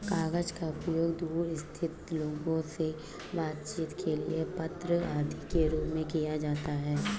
कागज का उपयोग दूर स्थित लोगों से बातचीत के लिए पत्र आदि के रूप में किया जाता है